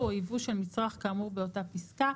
או ייבוא של מצרך כאמור באותה פסקה,